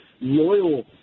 loyal